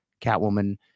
Catwoman